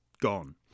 gone